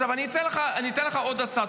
אני אתן לך עוד הצעה.